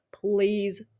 please